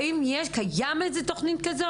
האם קיימת תוכנית כזו?